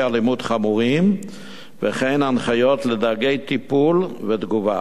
אלימות חמורים וכן הנחיות לדרכי טיפול ותגובה.